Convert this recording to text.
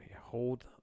Hold